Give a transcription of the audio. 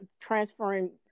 transferring